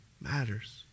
matters